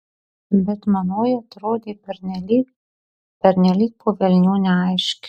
bet manoji atrodė pernelyg pernelyg po velnių neaiški